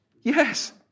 Yes